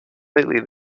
lately